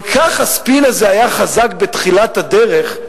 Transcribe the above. כל כך חזק היה הספין הזה בתחילת הדרך,